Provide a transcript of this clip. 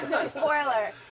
spoiler